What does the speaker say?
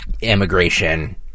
immigration